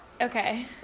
Okay